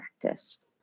practice